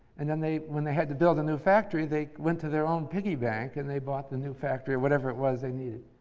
and then, when they had to build a new factory, they went to their own piggyback and they bought the new factory or whatever it was they needed.